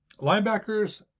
linebackers